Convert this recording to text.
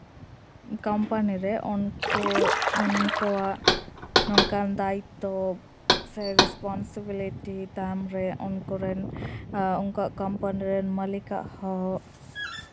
company ᱨᱮ ᱩᱱᱠᱩ ᱩᱱᱠᱩᱣᱟᱜ ᱱᱚᱝᱠᱟᱱ ᱫᱟᱭᱤᱛᱛᱚ ᱥᱮ ᱨᱮᱥᱯᱚᱱᱥᱤᱵᱤᱞᱤᱴᱤ ᱛᱟᱭᱚᱢ ᱨᱮ ᱩᱱᱠᱩ ᱨᱮᱱ ᱩᱱᱠᱩᱣᱟᱜ ᱠᱳᱢᱯᱟᱱᱤ ᱨᱮᱱ ᱢᱟᱞᱤᱠᱟᱜ ᱦᱚᱸ